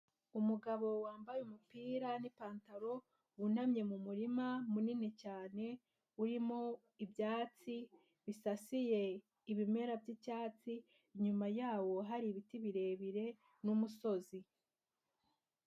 Umugabo wambaye umupira n'ipantaro, wunamye mu murima munini cyane, urimo ibyatsi bisasiye ibimera by'icyatsi, inyuma yawo hari ibiti birebire n'umusozi.